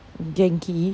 genki